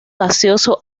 gaseoso